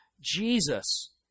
Jesus